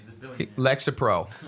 Lexapro